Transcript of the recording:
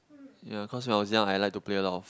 ya cause when I was young I like to play a lot of